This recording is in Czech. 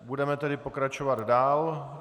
Budeme tedy pokračovat dál.